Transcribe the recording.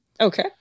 okay